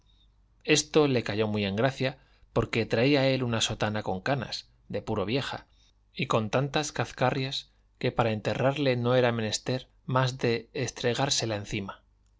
esto le cayó muy en gracia porque traía él una sotana con canas de puro vieja y con tantas cazcarrias que para enterrarle no era menester más de estregársela encima